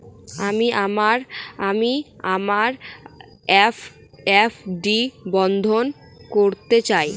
আমি আমার এফ.ডি বন্ধ করতে চাই